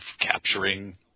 capturing